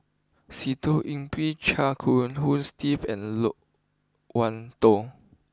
Sitoh Yih Pin Chia Hong Steve and Loke Wan Tho